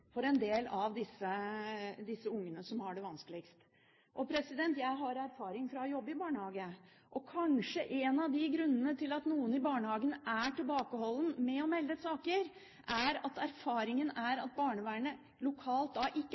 for en del av de ungene som har det vanskeligst. Jeg har erfaring med å jobbe i barnehage, og kanskje er en av grunnene til at man i barnehagen kan være tilbakeholden med å melde saker, at erfaringen med barnevernet lokalt er at det ikke